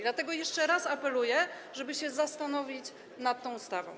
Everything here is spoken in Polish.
Dlatego jeszcze raz apeluję, żeby się zastanowić nad tą ustawą.